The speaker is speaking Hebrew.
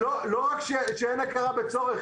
לא רק שאין הכרה בצורך,